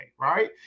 right